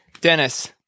Dennis